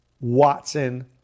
Watson